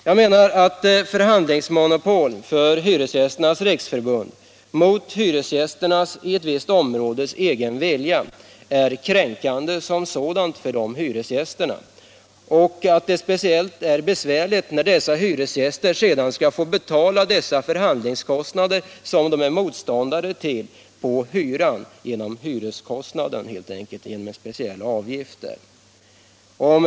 Jag menar att förhandlingsmonopol för Hyresgästernas riksförbund mot hyresgästernas i ett visst område egen vilja är kränkade för hyresgästerna. Särskilt besvärligt är det när dessa hyresgäster sedan måste betala förhandlingskostnaderna som de inte vill acceptera. Det sker då genom en speciell avgift som läggs på hyran.